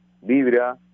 vibra